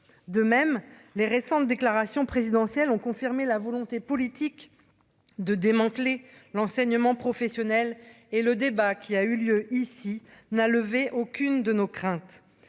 de même, les récentes déclarations présidentielles ont confirmé la volonté politique de démanteler l'enseignement professionnel et le débat qui a eu lieu ici n'a levé aucune de nos craintes